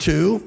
Two